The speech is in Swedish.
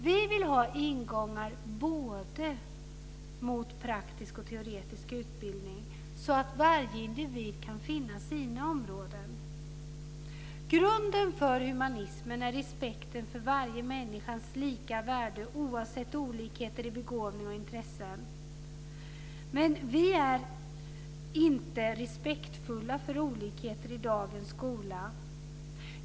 Vi vill ha ingångar både mot praktisk och teoretisk utbildning, så att varje individ kan finna sina områden. Grunden för humanismen är respekten för varje människas lika värde oavsett olikheter i begåvning och intressen. Men vi är inte respektfulla för olikheter i dagens skola.